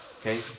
okay